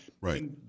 Right